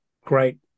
great